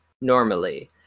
normally